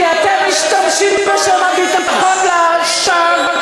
כי אתם משתמשים בשם הביטחון לשווא,